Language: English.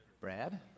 Brad